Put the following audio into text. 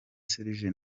serge